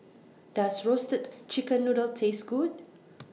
Does Roasted Chicken Noodle Taste Good